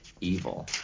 evil